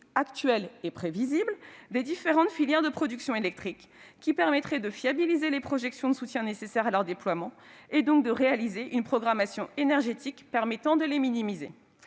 actuels et prévisibles -des différentes filières de production énergétique, qui permettrait de fiabiliser les projections de soutiens nécessaires à leur déploiement, et donc de réaliser une programmation énergétique permettant de les minimiser